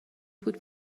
بود